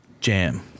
jam